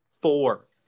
four